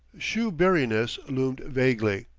shoeburyness loomed vaguely,